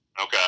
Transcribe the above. okay